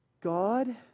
God